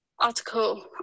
Article